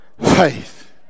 faith